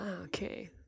Okay